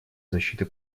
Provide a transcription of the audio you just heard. защиты